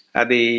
adi